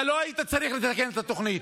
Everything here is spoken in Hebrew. אתה לא היית צריך לתקן את התוכנית,